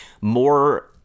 more